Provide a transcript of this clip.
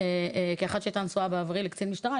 כאחת שהייתה נשואה בעברי לקצין משטרה,